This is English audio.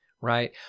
right